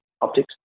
optics